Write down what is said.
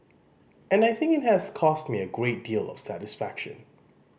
and I think it has caused me a great deal of satisfaction